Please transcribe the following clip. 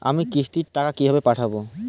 আমি কিস্তির টাকা কিভাবে পাঠাব?